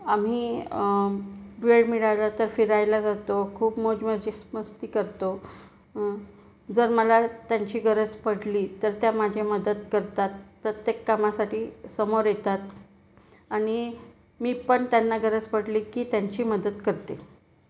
आम्ही वेळ मिळाला तर फिरायला जातो खूप मौज मजेस मस्ती करतो जर मला त्यांची गरज पडली तर त्या माझी मदत करतात प्रत्येक कामासाठी समोर येतात आणि मी पण त्यांना गरज पडली की त्यांची मदत करते